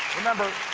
remember,